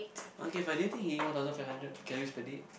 okay fine do you think you eat one thousand five hundred calories per day